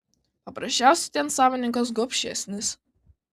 paprasčiausiai ten savininkas gobšesnis